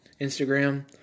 Instagram